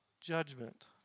judgment